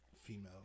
female